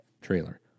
trailer